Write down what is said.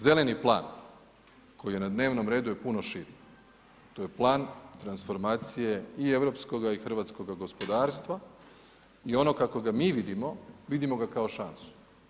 Zeleni plan koji je na dnevnom redu je puno širi, to je plan transformacije i europskoga i hrvatskoga gospodarstva i ono kako ga mi vidimo, vidimo ga kao šansu.